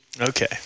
Okay